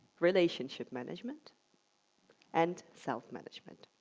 relationship management and self-management.